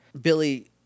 Billy